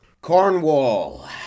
Cornwall